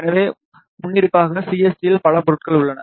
எனவே முன்னிருப்பாக சிஎஸ்டியில் பல பொருட்கள் உள்ளன